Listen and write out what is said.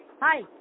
Hi